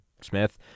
Smith